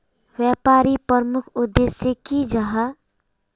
व्यापारी प्रमुख उद्देश्य की जाहा?